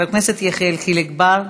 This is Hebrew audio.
חבר הכנסת יחיאל חיליק בר,